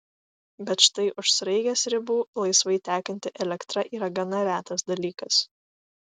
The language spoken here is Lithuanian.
bet štai už sraigės ribų laisvai tekanti elektra yra gana retas dalykas